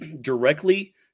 directly